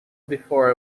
before